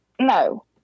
no